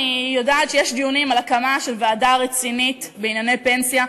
אני יודעת שיש דיונים על הקמה של ועדה רצינית בענייני פנסיה.